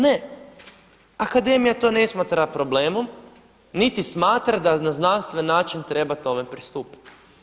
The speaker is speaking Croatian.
Ne, akademija to ne smatra problemom, niti smatra da na znanstveni način treba tome pristupiti.